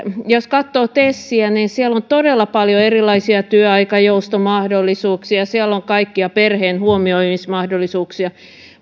jos katsoo tesiä siellä on todella paljon erilaisia työaikajoustomahdollisuuksia siellä on kaikkia perheen huomioimismahdollisuuksia